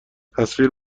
تصویر